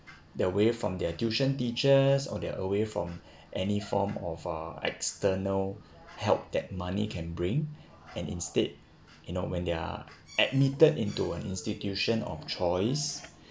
they're away from their tuition teachers or they're away from any form of uh external help that money can bring and instead you know when they're admitted into an institution of choice